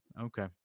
okay